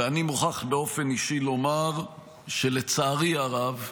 אני מוכרח באופן אישי לומר שלצערי הרב,